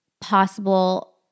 possible